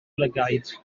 lygaid